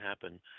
happen